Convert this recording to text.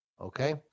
Okay